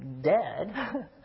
Dead